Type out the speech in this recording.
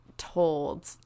Told